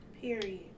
Period